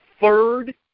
third